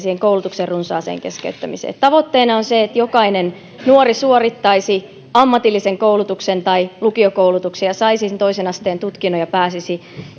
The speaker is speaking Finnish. koulutuksen runsaaseen keskeyttämiseen tavoitteena on se että jokainen nuori suorittaisi ammatillisen koulutuksen tai lukiokoulutuksen ja saisi toisen asteen tutkinnon ja pääsisi